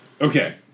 Okay